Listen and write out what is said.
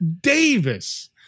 Davis